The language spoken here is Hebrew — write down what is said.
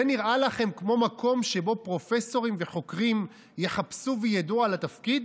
זה נראה לכם כמו מקום שבו פרופסורים וחוקרים יחפשו וידעו על התפקיד?